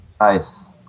Ice